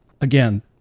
Again